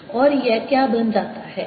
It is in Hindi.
HMcosθδr Rऔर यह क्या बन जाता है